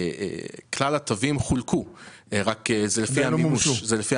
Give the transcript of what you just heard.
כלל התווים חולקו, רק שזה לפי המימוש.